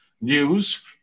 News